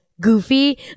Goofy